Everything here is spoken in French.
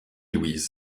louise